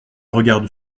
regarde